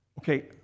okay